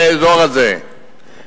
באזור הזה,